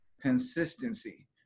consistency